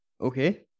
Okay